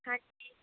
ਹਾਂਜੀ